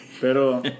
pero